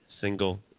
single